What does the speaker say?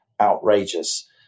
outrageous